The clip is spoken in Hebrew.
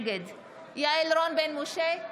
נגד יעל רון בן משה,